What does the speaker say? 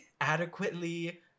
adequately